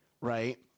right